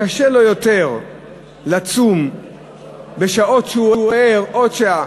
קשה לו יותר לצום כשהוא ער עוד שעה.